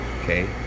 okay